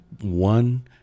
one